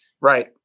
Right